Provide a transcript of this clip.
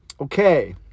Okay